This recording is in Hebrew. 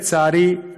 לצערי,